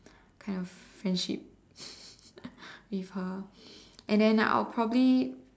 kind of friendship with her and then I'll probably